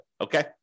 Okay